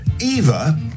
Eva